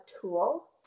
tool